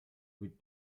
with